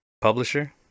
Publisher